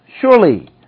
Surely